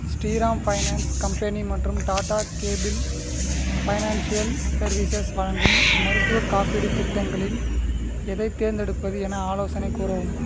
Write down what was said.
Sriram finance company மற்றும் Tata capital financial services வழங்கும் மருத்துவக் காப்பீட்டுத் திட்டங்களில் எதைத் தேர்ந்தெடுப்பது என ஆலோசனை கூறவும்